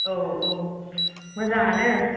औऔ मोजाङानो